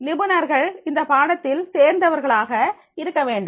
நிபுணர்கள் அந்தப் பாடத்தில் தேர்ந்தவர்களாக இருக்க வேண்டும்